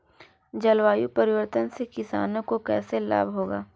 जलवायु परिवर्तन से किसानों को कैसे लाभ होगा?